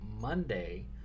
Monday